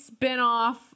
spinoff